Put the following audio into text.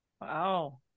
Wow